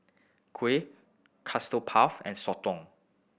Kuih Custard Puff and Soto